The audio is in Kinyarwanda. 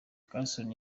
carson